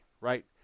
right